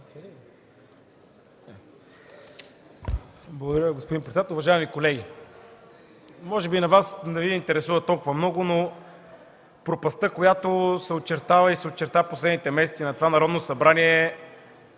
Благодаря, господин председател. Уважаеми колеги! Може би не Ви интересува толкова много, но пропастта, която се очертава и се очерта в последните месеци на това Народно събрание,